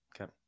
Okay